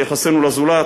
ליחסינו לזולת,